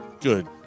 Good